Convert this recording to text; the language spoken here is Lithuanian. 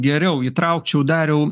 geriau įtraukčiau dariau nei